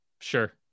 sure